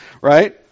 right